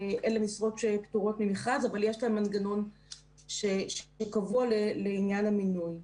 אלה משרות שהן פטורות ממכרז אבל יש להן מנגנון שקבוע לעניין המינוי.